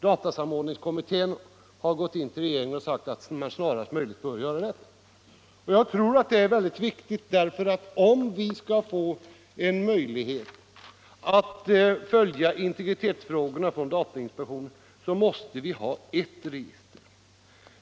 Datasamordningskommittén har gått in till regeringen och sagt att man snarast möjligt bör upprätta registret, och jag tror det är väldigt viktigt att man gör det, för om vi skall få en möjlighet att följa integritetsfrågorna från datainspektionens sida måste vi ha ett register.